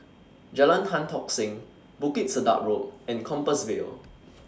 Jalan Tan Tock Seng Bukit Sedap Road and Compassvale